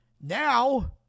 now